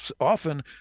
often